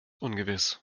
ungewiss